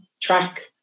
track